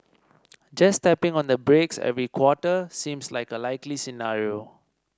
just tapping on the brakes every quarter seems like a likely scenario